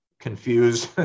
confused